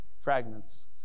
fragments